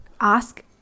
ask